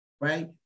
right